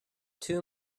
two